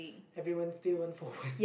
everyone steal one for one